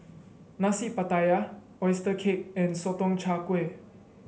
Nasi Pattaya oyster cake and Sotong Char Kway